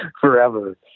forever